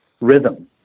rhythm